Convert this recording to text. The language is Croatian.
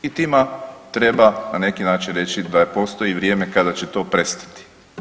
I tima treba na neki način reći da postoji vrijeme kada će to prestati.